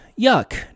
yuck